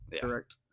Correct